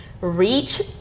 reach